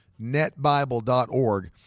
netbible.org